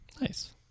Nice